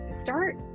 start